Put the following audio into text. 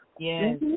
Yes